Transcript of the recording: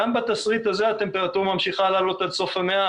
גם בתשריט הזה הטמפרטורה ממשיכה לעלות עד סוף המאה,